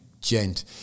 gent